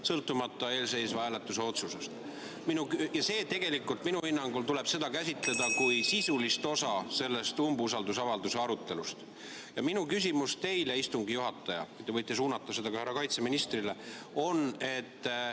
sõltumata eelseisva hääletuse otsusest. Tegelikult tuleb minu hinnangul seda käsitleda kui sisulist osa selle umbusaldusavalduse arutelust. Minu küsimus teile, istungi juhataja, te võite suunata selle ka härra kaitseministrile, on see: